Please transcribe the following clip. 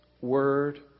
word